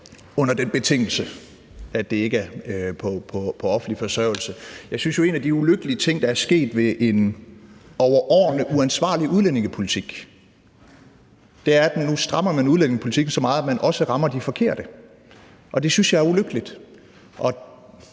under den betingelse, at det ikke er på offentlig forsørgelse. Jeg synes jo, at en af de ulykkelige ting, der er sket som følge af en overordentlig uansvarlig udlændingepolitik, er, at man nu strammer udlændingepolitikken så meget, at man også rammer de forkerte, og det syntes jeg er ulykkeligt.